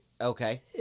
Okay